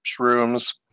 shrooms